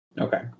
Okay